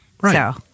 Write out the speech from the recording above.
Right